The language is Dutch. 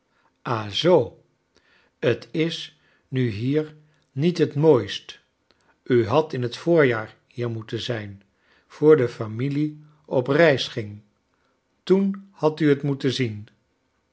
zoo t is nu hier niet het mooist u had in het voorjaar hier moeten zijn voor de familie op reis ging toen hadt u het moeten zien